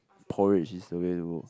porridge is always work